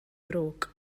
ddrwg